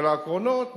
אבל הקרונות,